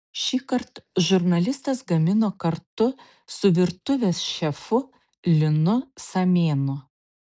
šįkart žurnalistas gamino kartu su virtuvės šefu linu samėnu